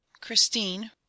Christine